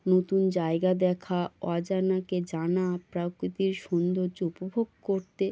নতুন জায়গা দেখা অজানাকে জানা প্রকৃতির সৌন্দর্য উপভোগ করতে